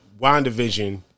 WandaVision